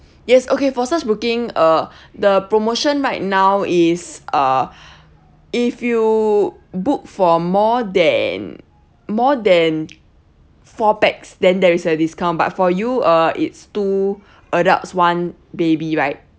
yes okay for such booking uh the promotion right now is uh if you book for more than more than four packs then there is a discount but for you uh it's two adults one baby right